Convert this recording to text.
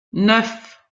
neuf